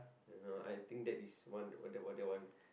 I don't know I think that is one what they what they want